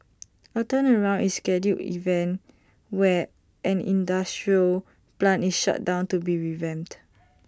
A turnaround is scheduled event where an industrial plant is shut down to be revamped